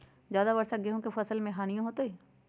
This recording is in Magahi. ज्यादा वर्षा गेंहू के फसल मे हानियों होतेई?